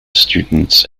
students